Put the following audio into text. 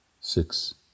six